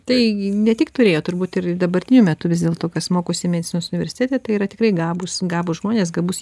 tai ne tik turėjo turbūt ir dabartiniu metu vis dėlto kas mokosi medicinos universitete tai yra tikrai gabūs gabūs žmonės gabus